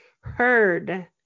heard